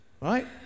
right